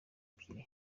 ebyiri